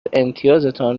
امتیازتان